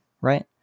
Right